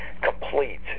Complete